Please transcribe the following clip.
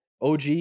OG